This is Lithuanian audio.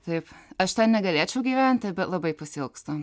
taip aš ten negalėčiau gyventi bet labai pasiilgstu